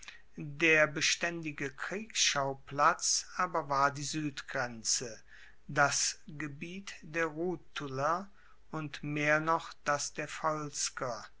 der bestaendige kriegsschauplatz aber war die suedgrenze das gebiet der rutuler und mehr noch das der